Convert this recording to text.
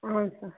ಹಾಂ ಸರ್